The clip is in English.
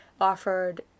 offered